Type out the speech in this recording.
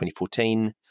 2014